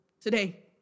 today